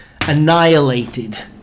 annihilated